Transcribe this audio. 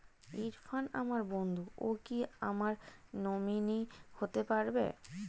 ইরফান আমার বন্ধু ও কি আমার নমিনি হতে পারবে?